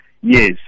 Yes